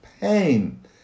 pain